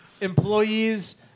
employees